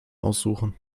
aussuchen